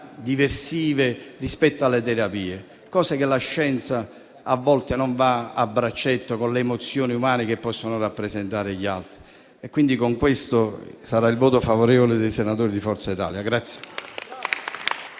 diversive rispetto alle terapie, perché la scienza a volte non va a braccetto con le emozioni umane che possono rappresentare le altre attività. Con questo, dichiaro il voto favorevole dei senatori di Forza Italia.